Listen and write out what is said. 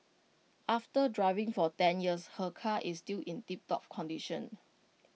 after driving for ten years her car is still in tiptop condition